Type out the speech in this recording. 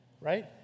Right